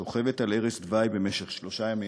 שוכבת על ערש דווי במשך שלושה ימים,